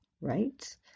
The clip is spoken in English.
right